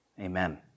amen